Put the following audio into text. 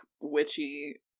witchy